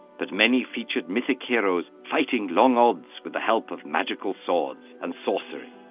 but many featured mythic heroes fighting long odds with the help of magical swords and sorcery.